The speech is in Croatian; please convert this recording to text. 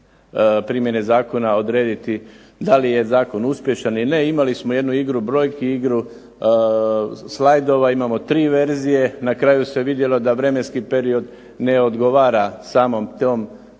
primjene zakona odrediti da li je zakon uspješan ili ne. Imali smo jednu igru brojki, igru slajdova, imamo 3 verzije. Na kraju se vidjelo da vremenski period ne odgovora samom tom